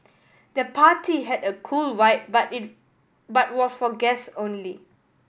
the party had a cool vibe but it but was for guests only